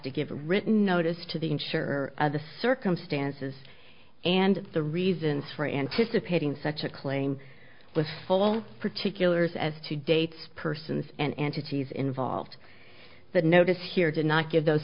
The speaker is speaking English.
to give a written notice to the insurer the circumstances and the reasons for anticipating such a claim with full particulars as to dates persons and entities involved that notice here did not give those